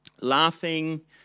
laughing